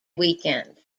weekend